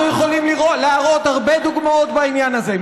אנחנו יכולים להראות הרבה דוגמאות בעניין הזה.